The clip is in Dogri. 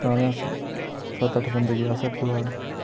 तां बी अस सत्त अट्ठ बंदे गे अस हरिद्वार